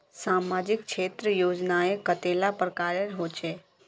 सामाजिक क्षेत्र योजनाएँ कतेला प्रकारेर होचे?